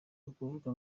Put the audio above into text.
ukuvuga